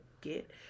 get